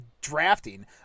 drafting